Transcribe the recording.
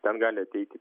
ten gali ateiti